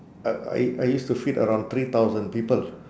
uh I I used to feed around three thousand people